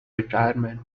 retirement